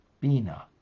Bina